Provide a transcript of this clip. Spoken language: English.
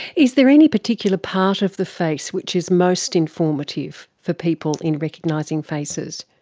is there any particular part of the face which is most informative for people in recognising faces?